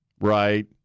right